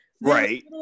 Right